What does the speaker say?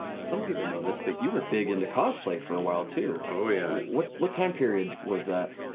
some people know this, but you were big into cosplay for a while too. oh yeah. what what time period was that?